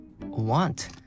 want